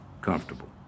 comfortable